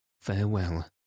farewell